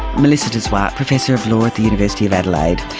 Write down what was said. melissa de zwart, professor of law at the university of adelaide.